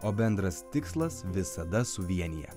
o bendras tikslas visada suvienija